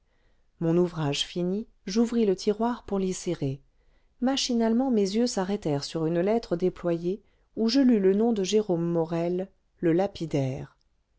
mon ouvrage fini j'ouvris le tiroir pour l'y serrer machinalement mes yeux s'arrêtèrent sur une lettre déployée où je lus le nom de jérôme morel le lapidaire